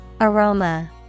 Aroma